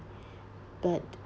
but